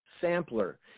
Sampler